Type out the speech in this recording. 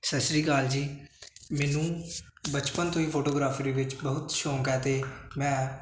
ਸਤਿ ਸ਼੍ਰੀ ਅਕਾਲ ਜੀ ਮੈਨੂੰ ਬਚਪਨ ਤੋਂ ਹੀ ਫੋਟੋਗ੍ਰਾਫਰੀ ਵਿੱਚ ਬਹੁਤ ਸ਼ੌਂਕ ਹੈ ਅਤੇ ਮੈਂ